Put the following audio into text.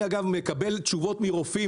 אני מקבל תשובות מרופאים,